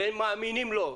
והם מאמינים לו,